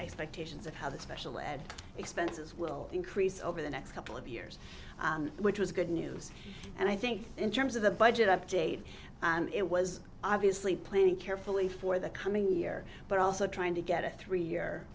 expectations of how the special ed expenses will increase over the next couple of years which was good news and i think in terms of the budget update and it was obviously planned carefully for the coming year but also trying to get a three